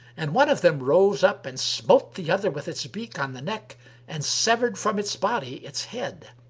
and one of them rose up and smote the other with its beak on the neck and severed from its body its head,